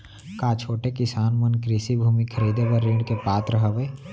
का छोटे किसान मन कृषि भूमि खरीदे बर ऋण के पात्र हवे?